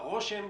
הרושם,